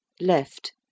Left